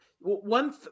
one